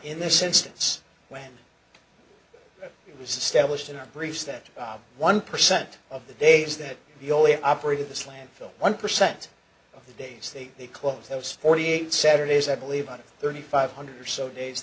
in this instance when it was established in our briefs that one percent of the days that the only operated this landfill one percent of the days that they close that was forty eight saturdays i believe about thirty five hundred or so days